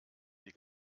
die